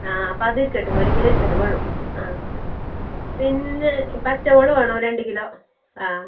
ആ അപ്പോൾ അതിരിക്കട്ടെ ഒരു കിലോ ഇരിക്കട്ടെ വേണം ആ പിന്നെ പച്ചമുളക് വേണം രണ്ട് കിലോ ആ